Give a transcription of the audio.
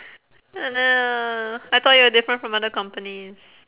oh no I thought you were different from other companies